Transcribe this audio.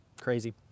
Crazy